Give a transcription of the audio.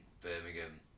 Birmingham